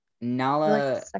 Nala